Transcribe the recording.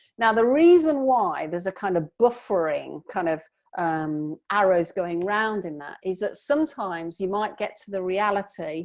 now the reason why there's a kind of buffering, kind of arrows, going around in that is that sometimes you might get to the reality